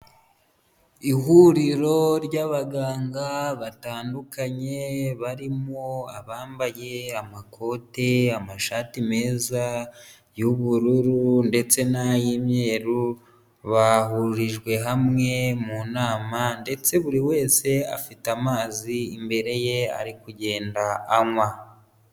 Ihuriro ry'abaganga batandukanye barimo abambaye amakote, amashati meza y'ubururu ndetse n'ay'imyeru bahurijwe hamwe mu nama ndetse buri wese afite amazi imbere ye ari kugenda anywa.